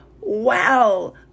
wow